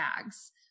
bags